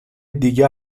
دیگه